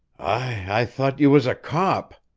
i thought you was a cop.